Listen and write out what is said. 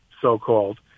so-called